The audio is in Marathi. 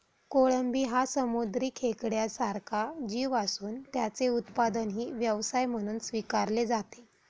कोळंबी हा समुद्री खेकड्यासारखा जीव असून त्याचे उत्पादनही व्यवसाय म्हणून स्वीकारले जाते